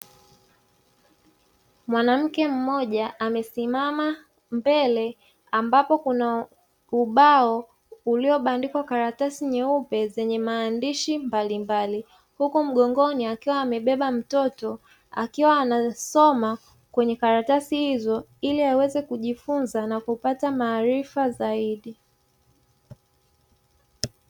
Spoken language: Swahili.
Mwanamke mmoja amesimama mbele ambapo kuna ubao uliobandikwa karatasi nyeupe zenye maandishi mbalimbali. Huku mgongoni akiwa amebeba mtoto, akiwa anasoma kwenye karatasi hizo ili aweze kujifunza na kupata maarifa zaidi.